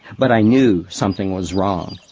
but i knew something was wrong.